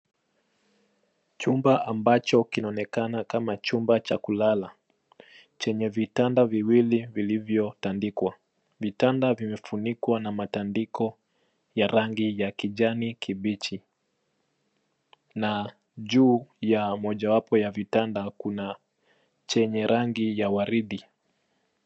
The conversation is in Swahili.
Chumba ambacho kinaonekana kama chumba cha kulala chenye vitanda viwili vilivyotandikwa. Vitanda vimefunikwa na matandiko ya rangi ya kijani kibichi na juu ya mojawapo ya vitanda kuna chenye rangi ya waridi.